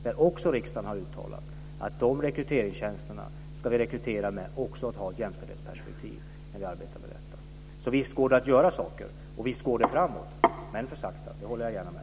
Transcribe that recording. Där har riksdagen uttalat att vi också vid rekryteringen till de tjänsterna ska ha ett jämställdhetsperspektiv när vi arbetar med dem. Visst går det att göra saker, och visst går det framåt, men för sakta, det håller jag gärna med.